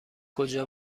کجا